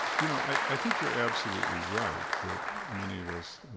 you know, i i think you're absolutely right, that many of us,